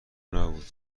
نبود